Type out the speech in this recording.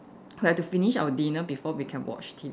we have to finish our dinner before we can watch T_V